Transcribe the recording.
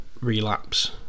relapse